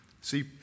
See